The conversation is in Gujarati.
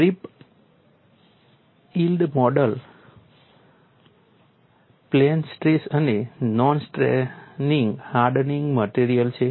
strip yield model plane stress અને નોન સ્ટ્રેનિંગ હાર્ડનિંગ મટિરિયલ છે